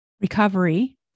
recovery